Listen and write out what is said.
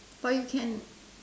but you can